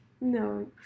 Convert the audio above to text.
no